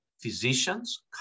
physicians